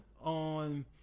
on